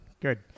good